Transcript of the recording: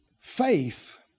Faith